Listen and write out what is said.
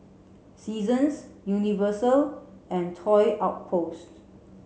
Seasons Universal and Toy Outpost